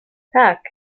tak